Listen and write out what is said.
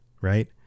right